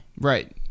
Right